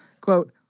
Quote